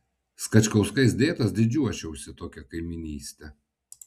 skačkauskais dėtas didžiuočiausi tokia kaimynyste